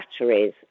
batteries